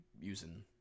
using